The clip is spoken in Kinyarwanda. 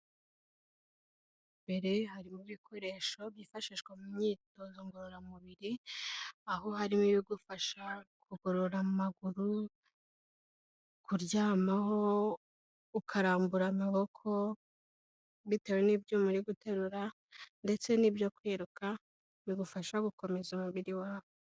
Imbere harimo ibikoresho byifashishwa mu myitozo ngororamubiri, aho harimo ibigufasha kugorora amaguru, kuryamaho ukarambura amaboko bitewe n'ibyuma uri guterura ndetse n'ibyo kwiruka bigufasha gukomeza umubiri wawe.